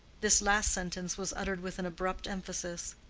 this last sentence was uttered with an abrupt emphasis,